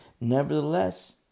nevertheless